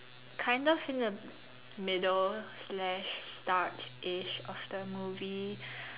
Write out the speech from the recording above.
kind of in the middle slash startish of the movie